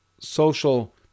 social